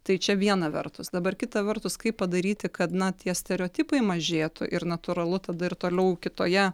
tai čia viena vertus dabar kita vertus kaip padaryti kad na tie stereotipai mažėtų ir natūralu tada ir toliau kitoje